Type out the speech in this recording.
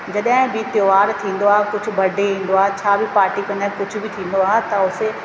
जॾहिं बि त्योहार थींदो आहे कुझु बडे ईंदो आहे छा बि पार्टी कंदा आहियूं कुझु बि थींदो आहे त उते